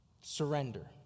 Surrender